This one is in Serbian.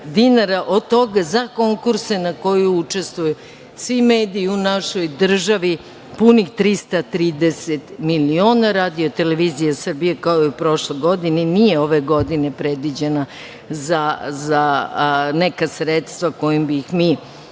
dinara, od toga za konkurse na kojima učestvuju svi mediji u našoj državi punih 330 miliona RTS kao i u prošloj godine nije ove godine predviđena za neka sredstva kojim bi ih